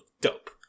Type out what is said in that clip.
dope